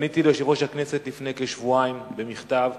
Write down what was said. פניתי ליושב-ראש הכנסת לפני כשבועיים במכתב,